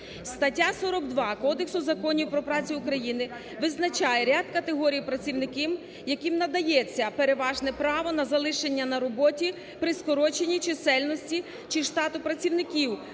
Стаття 42 Кодексу Законів "Про працю" України визначає ряд категорій працівників, яким надається переважне право на залишення на роботі при скороченні чисельності чи штату працівників